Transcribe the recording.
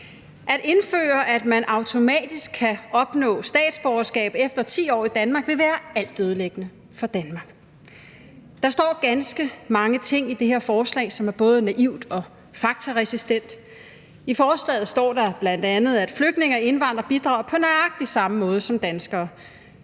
At indføre, at man automatisk kan opnå statsborgerskab efter 10 år i Danmark, vil være altødelæggende for Danmark. Der står ganske mange ting i det her forslag, som er både naivt og faktaresistent. I forslaget står der bl.a., at flygtninge og indvandrere bidrager på nøjagtig samme måde som danskere.